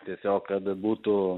tiesiog kad būtų